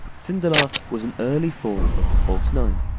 sindelar was an early form of the false nine,